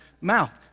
mouth